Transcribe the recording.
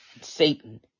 Satan